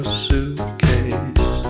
suitcase